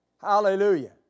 Hallelujah